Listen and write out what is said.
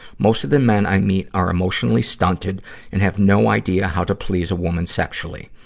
most of the men i meet are emotionally stunted and have no idea how to please a woman sexually.